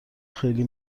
خیلی